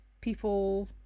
people